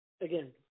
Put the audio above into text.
again